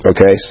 Okay